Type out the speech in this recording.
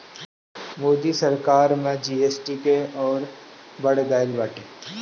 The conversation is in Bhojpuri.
मोदी सरकार में जी.एस.टी के अउरी बढ़ गईल बाटे